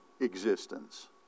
existence